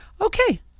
okay